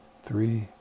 three